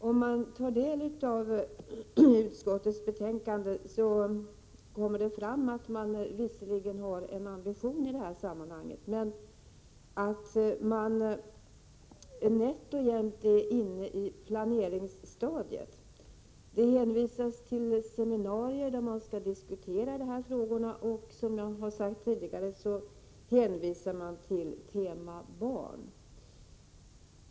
Om man tar del av utskottets betänkande framgår det att utskottet visserligen har en ambition i detta sammanhang men att man nätt och jämnt är inne i planeringsstadiet. Det hänvisas till seminarier där dessa frågor skall diskuteras och, som jag har sagt, till ”tema Barn”.